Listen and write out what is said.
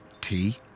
Tea